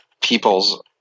people's